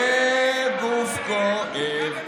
/ בגוף כואב,